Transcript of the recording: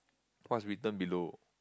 what's written below